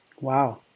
wow